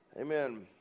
Amen